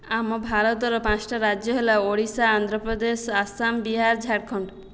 ଆମ ଭାରତର ପାଞ୍ଚଟା ରାଜ୍ୟ ହେଲା ଓଡ଼ିଶା ଆନ୍ଧ୍ରପ୍ରଦେଶ ଆସାମ ବିହାର ଝାଡ଼ଖଣ୍ଡ